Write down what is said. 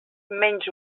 menys